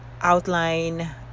outline